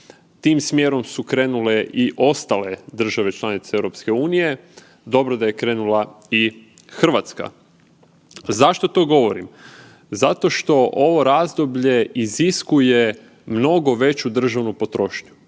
Tim smjerom su krenule i ostale države članice EU, dobro da je krenula i Hrvatska. Zašto to govorim? Zato što ovo razdoblje iziskuje mnogo veću državnu potrošnju.